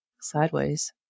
Sideways